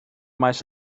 maes